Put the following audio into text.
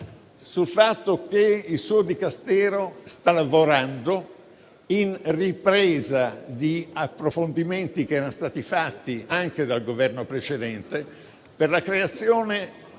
sul fatto che il suo Dicastero sta lavorando in ripresa di approfondimenti che erano stati fatti anche dal Governo precedente per la creazione